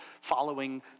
following